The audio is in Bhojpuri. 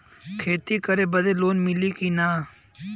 खेती करे बदे लोन मिली कि ना?